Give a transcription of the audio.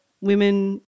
women